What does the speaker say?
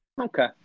Okay